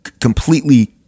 completely